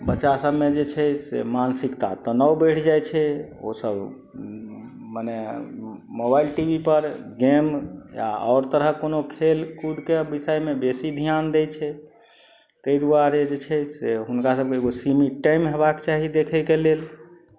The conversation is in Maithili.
बच्चा सबमे जे छै से मानसिकता तनाव बढ़ि जाइ छै ओ सब मने मोबाइल टी वी पर गेम आओर तरहक कोनो खेलकूदके विषयमे बेसी ध्यान दै छै तै दुआरे जे छै से हुनका सबके एगो सीमित टाइम हेबाक चाही देखयके लेल